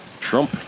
Trump